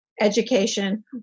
education